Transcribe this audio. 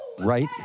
Right